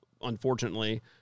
unfortunately